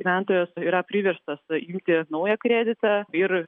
gyventojas yra priverstas imti naują kreditą ir